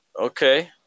Okay